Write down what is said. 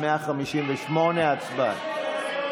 ההסתייגות (147)